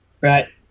Right